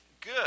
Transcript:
good